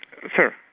Sir